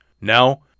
Now